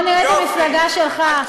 בוא נראה את המפלגה שלך.